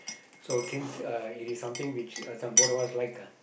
so since uh it is something which uh some both of like lah